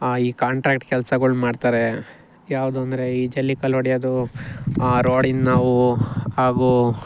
ಈ ಕಾಂಟ್ರ್ಯಾಕ್ಟ್ ಕೆಲ್ಸಗಳ್ ಮಾಡ್ತಾರೆ ಯಾವುದು ಅಂದರೆ ಈ ಜಲ್ಲಿ ಕಲ್ಲು ಒಡಿಯೋದು ರೋಡಿನವು ಹಾಗೂ